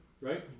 Right